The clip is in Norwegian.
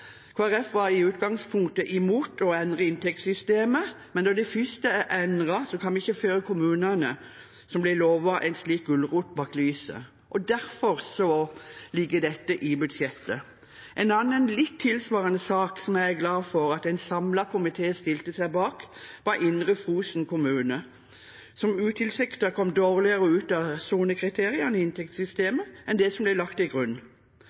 Folkeparti var i utgangspunktet imot å endre inntektssystemet, men når det først er endret, kan vi ikke føre kommunene som ble lovet en slik gulrot, bak lyset. Derfor ligger dette i budsjettet. En annen litt tilsvarende sak som jeg er glad for at en samlet komité stilte seg bak, var Indre Fosen kommune, som utilsiktet kom dårligere ut av sonekriteriene i inntektssystemet enn det som ble lagt til grunn.